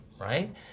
right